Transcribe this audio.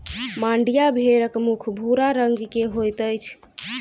मांड्या भेड़क मुख भूरा रंग के होइत अछि